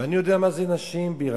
ואני יודע מה זה נשים בהיריון,